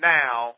now